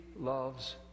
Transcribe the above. loves